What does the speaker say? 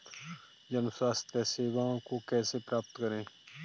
जन स्वास्थ्य सेवाओं को कैसे प्राप्त करें?